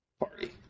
party